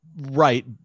Right